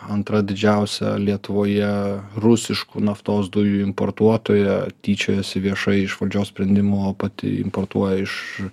antra didžiausia lietuvoje rusiškų naftos dujų importuotoja tyčiojasi viešai iš valdžios sprendimų o pati importuoja iš